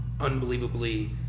unbelievably